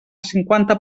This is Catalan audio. cinquanta